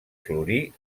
florir